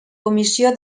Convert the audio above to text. comissió